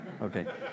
Okay